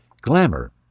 glamour